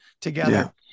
together